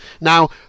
Now